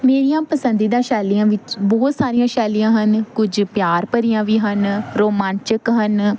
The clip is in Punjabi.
ਮੇਰੀਆਂ ਪਸੰਦੀਦਾ ਸ਼ੈਲੀਆਂ ਵਿੱਚ ਬਹੁਤ ਸਾਰੀਆਂ ਸ਼ੈਲੀਆਂ ਹਨ ਕੁਝ ਪਿਆਰ ਭਰੀਆਂ ਵੀ ਹਨ ਰੋਮਾਂਚਕ ਹਨ